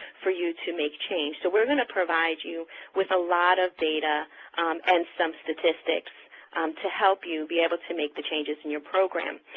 for you to make change. so we're going to provide you with a lot of data and some statistics to help you be able to make the changes in your program.